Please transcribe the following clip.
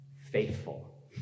Faithful